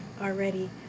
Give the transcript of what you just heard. already